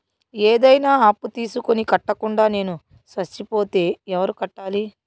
ఏదైనా అప్పు తీసుకొని కట్టకుండా నేను సచ్చిపోతే ఎవరు కట్టాలి?